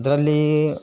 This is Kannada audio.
ಅದರಲ್ಲಿ